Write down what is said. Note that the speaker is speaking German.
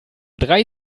drei